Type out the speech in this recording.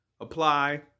apply